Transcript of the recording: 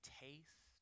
taste